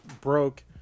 broke